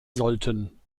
sollten